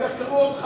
יחקרו גם אותך.